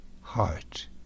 heart